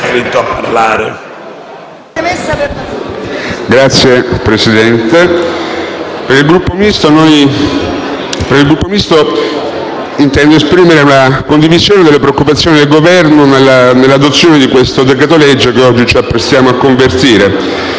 Signor Presidente, per il Gruppo Misto intendo esprimere una condivisione delle preoccupazioni del Governo nell'adozione di questo decreto-legge che oggi ci apprestiamo a convertire.